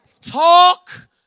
Talk